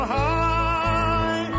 high